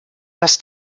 das